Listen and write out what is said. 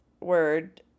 Word